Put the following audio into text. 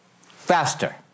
faster